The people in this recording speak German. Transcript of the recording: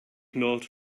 nord